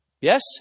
Yes